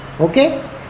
Okay